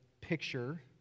picture